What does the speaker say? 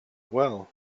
well